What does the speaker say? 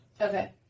okay